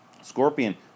Scorpion